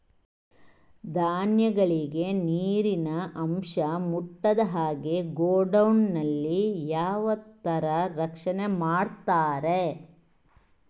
ಧಾನ್ಯಗಳಿಗೆ ನೀರಿನ ಅಂಶ ಮುಟ್ಟದ ಹಾಗೆ ಗೋಡೌನ್ ನಲ್ಲಿ ಯಾವ ತರ ರಕ್ಷಣೆ ಮಾಡ್ತಾರೆ?